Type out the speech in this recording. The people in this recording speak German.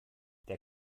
der